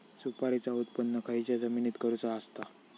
सुपारीचा उत्त्पन खयच्या जमिनीत करूचा असता?